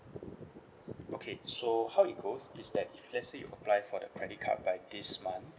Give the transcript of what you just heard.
okay so how it goes is that if let's say you apply for the credit card by this month